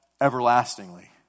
everlastingly